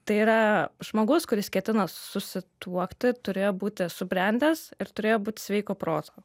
tai yra žmogus kuris ketina susituokti turėjo būti subrendęs ir turėjo būti sveiko proto